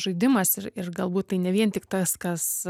žaidimas ir ir galbūt tai ne vien tik tas kas